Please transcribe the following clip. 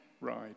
ride